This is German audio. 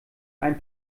ein